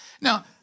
Now